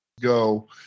Go